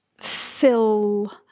fill